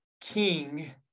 king